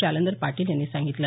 जालंदर पाटील यांनी सांगितलं